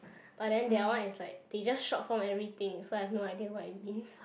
but then that one is like they just short form everything so I've no idea what it means